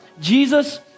Jesus